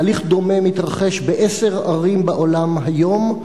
תהליך דומה מתרחש בעשר ערים בעולם היום,